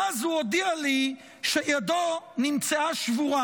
ואז הוא הודיע לי שידו נמצאה שבורה,